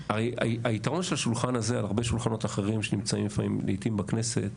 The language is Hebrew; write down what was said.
היתרון של השולחן הזה על הרבה שולחנות אחרים שנמצאים לעיתים בכנסת,